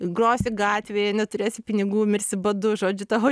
grosi gatvėje neturėsi pinigų mirsi badu žodžiu tavo